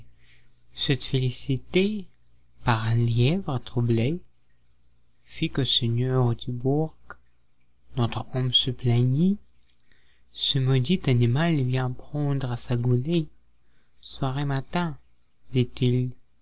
félicité par un lièvre troublée fit qu'au seigneur du bourg notre homme se plaignit ce maudit animal vient prendre sa goulée soir et matin dit-il